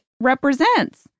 represents